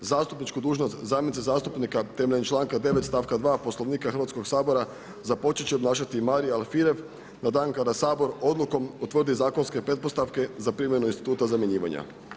Zastupničku dužnost zamjenice zastupnika temeljem članka 9. stavka 2. Poslovnika Hrvatskog sabora započet će obnašati Marija Alfirev na dan kada Sabor odlukom utvrdi zakonske pretpostavke za primjenu instituta zamjenjivanja.